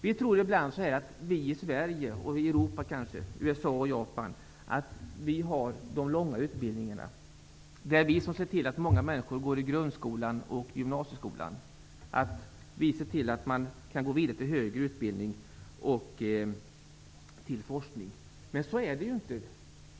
Vi tror ibland att vi i Sverige, i Europa, USA och Japan har de långa utbildningarna. Det är vi i de här länderna som ser till att många människor går i grundskolan och gymnasieskolan, att man kan gå vidare till högre utbildning och forskning. Men så är det inte.